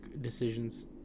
decisions